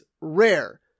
rare